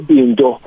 indo